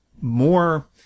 more